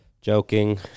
Joking